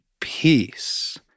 peace